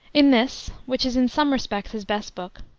in this, which is in some respects his best book,